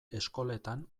eskoletan